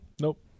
Nope